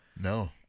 No